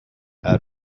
out